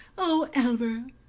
oh, elmer,